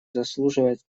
заслуживает